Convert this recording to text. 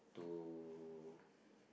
to